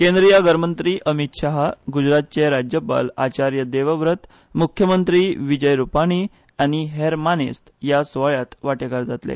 केंद्रीय गृहमंत्री अमित शहा गुजरातचे राज्यपाल आचार्य देवव्रत मुख्यमंत्री विजय रूपाणी आनी हेर मानेस्त या सुवाळ्यांत वाटेकार जातले